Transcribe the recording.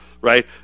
right